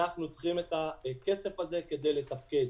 אנחנו צריכים את הכסף הזה כדי לתפקד.